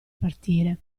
partire